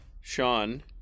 Sean